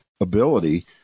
ability